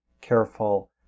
careful